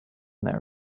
their